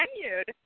continued